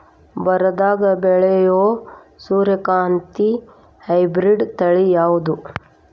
ಬರದಾಗ ಬೆಳೆಯೋ ಸೂರ್ಯಕಾಂತಿ ಹೈಬ್ರಿಡ್ ತಳಿ ಯಾವುದು?